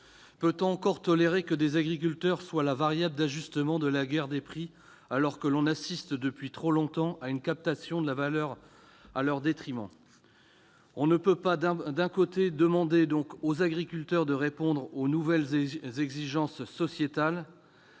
Peut-on encore tolérer que les agriculteurs soient la variable d'ajustement de la guerre des prix, alors que l'on assiste depuis trop longtemps à une captation de la valeur à leur détriment ? On ne peut, d'un côté, demander aux agriculteurs de répondre aux nouvelles exigences sociétales,